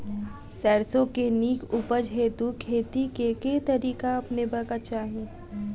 सैरसो केँ नीक उपज हेतु खेती केँ केँ तरीका अपनेबाक चाहि?